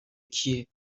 کیه